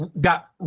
got